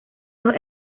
dos